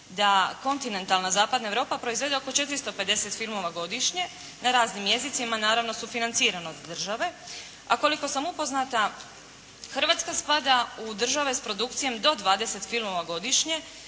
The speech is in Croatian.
da kontinentalna zapadna Europa proizvede oko 450 filmova godišnje na raznim jezicima naravno sufinancirana od države, a koliko sam upoznata Hrvatska spada u države s produkcijom do 20 filmova godišnje,